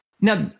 Now